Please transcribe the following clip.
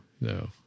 no